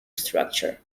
structure